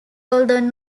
although